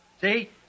See